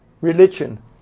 religion